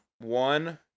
one